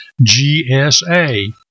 GSA